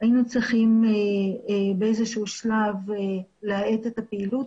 היינו צריכים באיזשהו שלב להאט את הפעילות